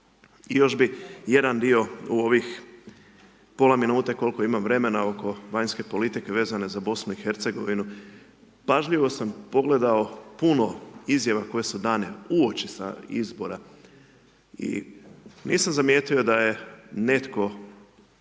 I još bih jedan dio u ovih pola minute, koliko imam vremena, oko vanjske politike vezane za BiH. Pažljivo sam pogledao puno izjava koje su dane uoči sa izbora i nisam zamijetio da je netko,